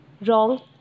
wrong